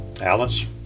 alice